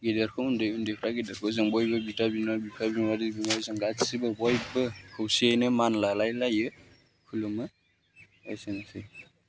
गिदिरखौ उन्दै उन्दैफ्रा गिदिरखौ जों बयबो बिदा बिनानाव बिफा बिमादै जों गासैबो बयबो खौसेयैनो मान लालायलायो खुलुमो एसेनोसै